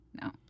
No